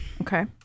Okay